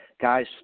guys